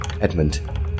Edmund